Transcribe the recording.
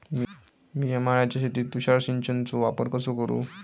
मिया माळ्याच्या शेतीत तुषार सिंचनचो वापर कसो करू?